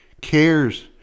cares